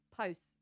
posts